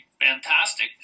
fantastic